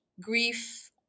grief